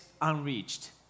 unreached